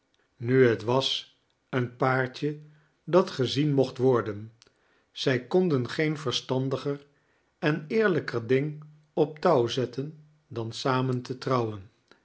nu het was een paartje dat gezien mocht worden zij konden geen verstandiger en eerlijker ding op touw zetten dan samen te trouwen